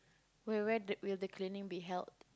where where the will the cleaning be held